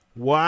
Wow